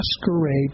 masquerade